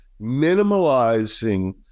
minimalizing